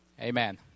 Amen